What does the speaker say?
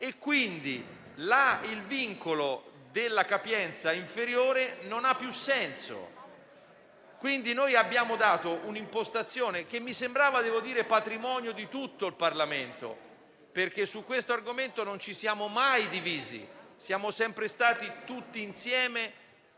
pertanto il vincolo della capienza inferiore non ha più senso. Noi abbiamo dato un'impostazione che mi sembrava patrimonio di tutto il Parlamento, perché su questo argomento non ci siamo mai divisi, siamo sempre stati tutti insieme